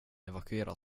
evakuera